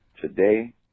today